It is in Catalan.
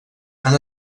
han